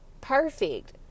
perfect